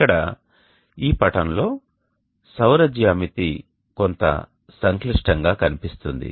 ఇక్కడ ఈ పటంలో సౌర జ్యామితి కొంత సంక్లిష్టంగా కనిపిస్తుంది